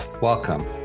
Welcome